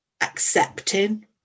accepting